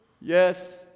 Yes